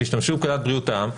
תשתמשו בפקודת בריאות העם,